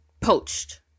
poached